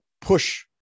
push